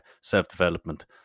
self-development